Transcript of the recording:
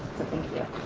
thank you.